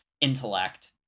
intellect